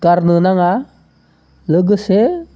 गारनो नाङा लोगोसे